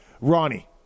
Ronnie